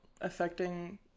affecting